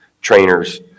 Trainers